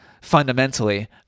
fundamentally